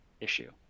issue